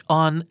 on